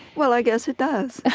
well i guess it does!